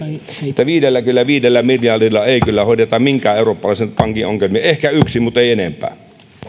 että viidelläkymmenelläviidellä miljardilla ei kyllä hoideta minkään eurooppalaisen pankin ongelmia ehkä yksi muttei enempää